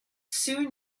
soon